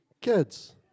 kids